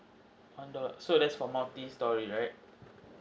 one dollar so that's for multistorey right